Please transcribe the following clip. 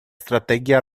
стратегия